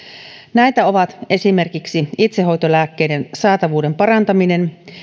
näitä ovat esimerkiksi itsehoitolääkkeiden saatavuuden parantaminen